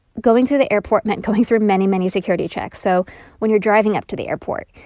going through the airport meant going through many, many security checks. so when you're driving up to the airport,